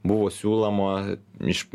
buvo siūloma iš